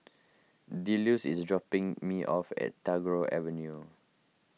Delos is dropping me off at Tagore Avenue